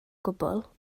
gwbl